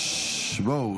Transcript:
ששש, בואו.